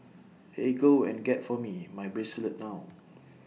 eh go and get for me my bracelet now